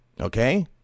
Okay